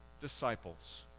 disciples